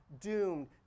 doomed